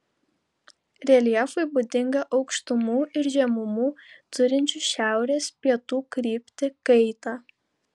reljefui būdinga aukštumų ir žemumų turinčių šiaurės pietų kryptį kaita